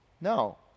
No